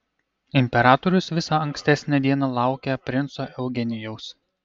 imperatorius visą ankstesnę dieną laukė princo eugenijaus